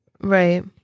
Right